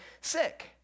sick